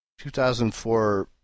2004